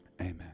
Amen